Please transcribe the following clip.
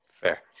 Fair